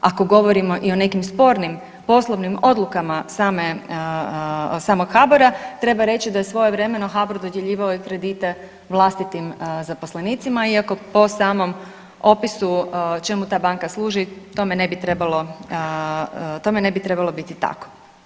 Ako govorimo i o nekim spornim poslovnim odlukama samog HBOR-a treba reći da je svojevremeno HBOR dodjeljivao i kredite vlastitim zaposlenicima iako po samom opisu čemu ta banka služi tome ne bi trebalo, tome ne bi trebalo biti tako.